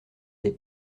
des